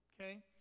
okay